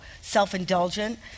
self-indulgent